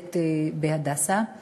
שעובדת ב"הדסה";